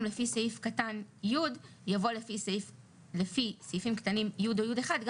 "לפי סעיף קטן (י)" יבוא "לפי סעיפים קטנים (י) או (י1)"."